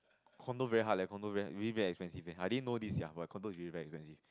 condo very hard leh condo very really very expensive eh I didn't know this sia but condo is really very expensive